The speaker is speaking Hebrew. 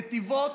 נתיבות,